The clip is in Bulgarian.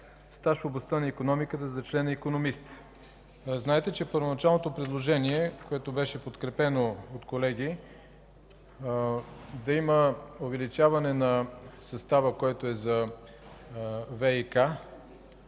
стаж в областта на икономиката за член икономист. Знаете, че първоначалното предложение, което беше подкрепено, да има увеличаване на състава, който е за ВиК,